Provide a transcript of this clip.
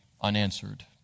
unanswered